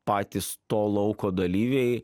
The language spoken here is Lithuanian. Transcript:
patys to lauko dalyviai